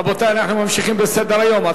רבותי, אנחנו ממשיכים בסדר-היום.